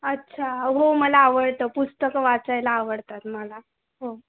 अच्छा हो मला आवडतं पुस्तकं वाचायला आवडतात मला हो